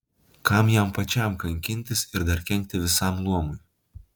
kam jam pačiam kankintis ir dar kenkti visam luomui